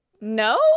no